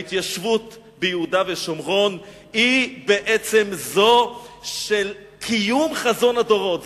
ההתיישבות ביהודה ושומרון היא בעצם זו של קיום חזון הדורות.